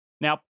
Now